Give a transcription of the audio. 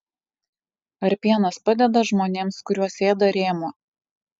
ar pienas padeda žmonėms kuriuos ėda rėmuo